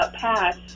Pass